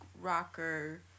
rocker